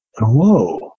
Whoa